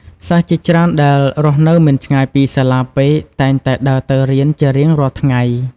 សិស្សជាច្រើនដែលរស់នៅមិនឆ្ងាយពីសាលាពេកតែងតែដើរទៅរៀនជារៀងរាល់ថ្ងៃ។